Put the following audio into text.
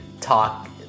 talk